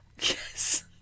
Yes